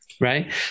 right